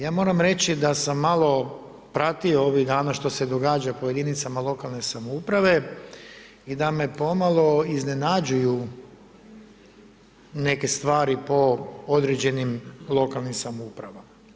Ja moram reći, da sam malo pratio ovih dana što se događa po jedinicama lokalne samouprave i da me pomalo iznenađuju neke stvari po određenim lokalnim samoupravama.